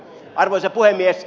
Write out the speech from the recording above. arvoisa puhemies